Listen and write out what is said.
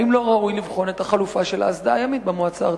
האם לא ראוי לבחון את החלופה של האסדה הימית במועצה הארצית?